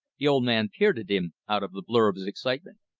the old man peered at him out of the blur of his excitement.